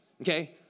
okay